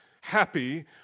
happy